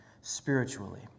spiritually